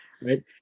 Right